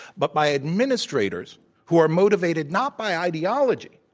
but by administrators who are motivated not by ideology,